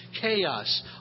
chaos